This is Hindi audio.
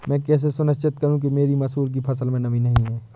मैं कैसे सुनिश्चित करूँ कि मेरी मसूर की फसल में नमी नहीं है?